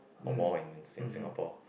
or more in Sin~ Singapore